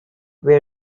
peer